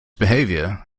behaviour